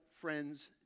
friends